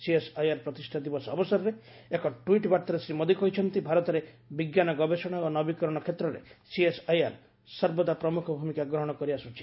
CSIR ପ୍ରତିଷ୍ଠା ଦିବସ ଅବସରରେ ଏକ ଟ୍ୱିଟ୍ ବାର୍ତ୍ତାରେ ଶ୍ରୀ ମୋଦୀ କହିଛନ୍ତି ଭାରତରେ ବିଜ୍ଞାନ ଗବେଷଣା ଓ ନବୀକରଣ କ୍ଷେତ୍ରରେ ସିଏସ୍ଆଇଆର୍ ସର୍ବଦା ପ୍ରମୁଖ ଭୂମିକା ଗ୍ରହଣ କରିଆସୁଛି